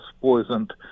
poisoned